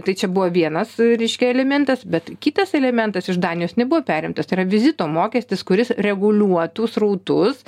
tai čia buvo vienas reiškia elementas bet kitas elementas iš danijos nebuvo perimtas tai yra vizito mokestis kuris reguliuotų srautus